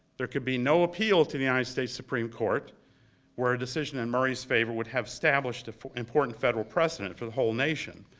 there could be no appeal to the united states supreme court where a decision in murray's favor would have established an important federal precedent for the whole nation.